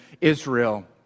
Israel